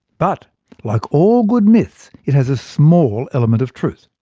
but like all good myths, it has a small element of truth.